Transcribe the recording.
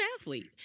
athlete